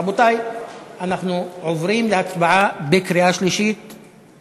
רבותי, אנחנו עוברים להצבעה בקריאה שלישית על